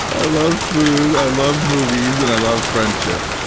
i love food, i love movies, and i love friendship.